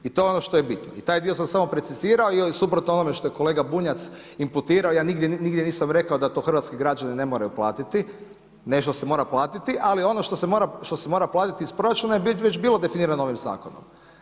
I to je ono što je bitno i taj dio sam samo precizirao i suprotno onome što je kolega Bunjac imputirao, ja nigdje nisam rekao da to hrvatski građani ne moraju platiti, nešto se mora platiti, ali ono što se mora platiti iz proračuna je već bilo definirano ovim zakonom.